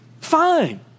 Fine